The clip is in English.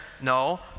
No